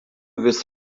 vis